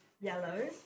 yellow